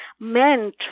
meant